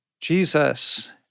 Jesus